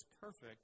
perfect